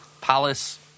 Palace